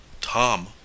Tom